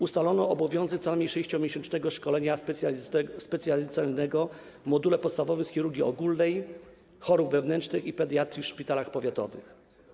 Ustalono obowiązek co najmniej 6-miesięcznego szkolenia specjalizacyjnego w module podstawowym z chirurgii ogólnej, chorób wewnętrznych i pediatrii w szpitalach powiatowych.